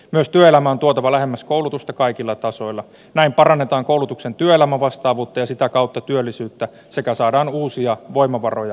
myös työelämä on tuotava lähemmäs koulutusta kaikilla tasoilla näin parannetaan koulutuksen työelämän vastaavuutta ja sitä kautta työllisyyttä sekä saadaan uusia voimavaroja